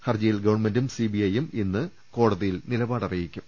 ഹർജിയിൽ ഗവൺമെന്റും സിബിഐയും ഇന്ന് കോടതിയിൽ നിലപാട് അറിയിക്കും